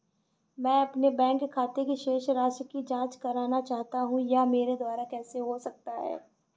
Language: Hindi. मैं अपने बैंक खाते की शेष राशि की जाँच करना चाहता हूँ यह मेरे द्वारा कैसे हो सकता है?